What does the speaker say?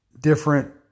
different